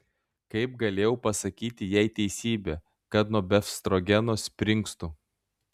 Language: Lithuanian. kaip galėjau pasakyti jai teisybę kad nuo befstrogeno springstu